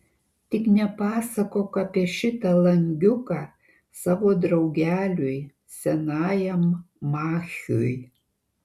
tik nepasakok apie šitą langiuką savo draugeliui senajam machiui